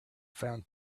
found